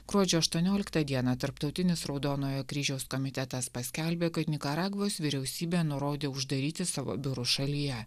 gruodžio aštuonioliktą dieną tarptautinis raudonojo kryžiaus komitetas paskelbė kad nikaragvos vyriausybė nurodė uždaryti savo biurus šalyje